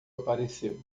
apareceu